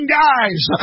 guys